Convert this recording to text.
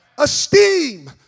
esteem